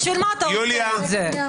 בשביל מה אתה עושה את זה?